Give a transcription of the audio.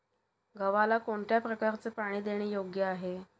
गव्हाला कोणत्या प्रकारे पाणी देणे योग्य आहे?